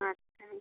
अच्छा